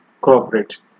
cooperate